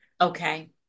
Okay